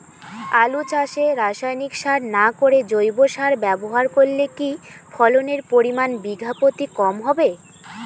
আলু চাষে রাসায়নিক সার না করে জৈব সার ব্যবহার করলে কি ফলনের পরিমান বিঘা প্রতি কম হবে?